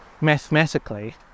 mathematically